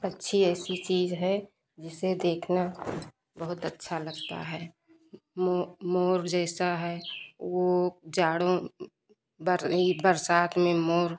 पक्षी ऐसी चीज है जिसे देखना बहुत अच्छा लगता है मोर जैसा है वो जाड़ो ये बरसात में मोर